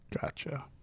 Gotcha